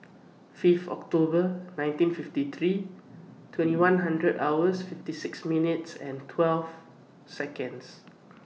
Fifth October nineteen fifty three twenty one hundred hours fifty six minutes and twelve Seconds